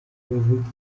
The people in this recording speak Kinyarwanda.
bavuga